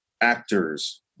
actors